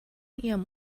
ihrem